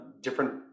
different